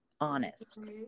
honest